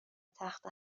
تخته